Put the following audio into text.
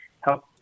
help